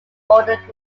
ordered